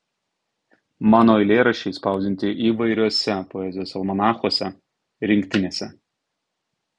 mano eilėraščiai spausdinti įvairiuose poezijos almanachuose rinktinėse